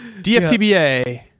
DFTBA